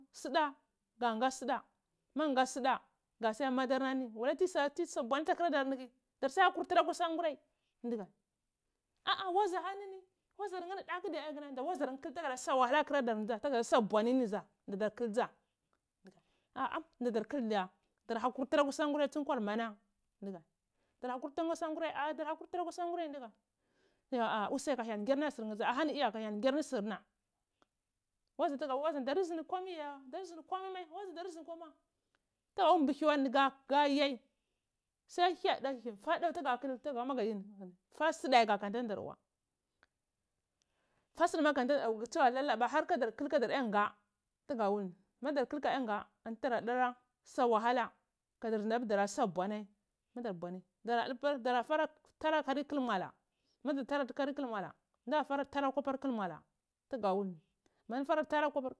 Suɗa ga nga suda magu nga suɗa ngasi ya hur madar nheh nini tis u bwa inta teurarda daara son dakur tura alo songurai ndughe ah ah wazar ni i nidaku diya nda wazar nheh ni daku madar kul dza dara hakur tura akwi sangura nndu ntewarar mana nduga dara hakur tuna akwi sangurai ah dara hukur tura a usuai wazo tuga wul ni darndi komai wa durdi komai ma diya yaya wazarndar ma dzar ndi komai mai to mbihiwa ni ga oai sa mu tuga ka sudai kasuni ma gu stwi a lalaba kur kadar yan nga duga mul ni madar kul ka nya nga antudadara sa wohala kadatn ndha pur dora sa bwanai dara fara tura kalir dkulmuala. adzi tarata karuc muala dza fara taraditi kwapwar kul mula ni tuya wul ni.